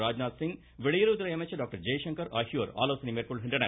ராஜ்நாத் சிங் வெளியுறவுத்துறை அமைச்சர் டாக்டர் ஜெய்சங்கர் ஆகியோர் ஆலோசனை மேற்கொள்கின்றனர்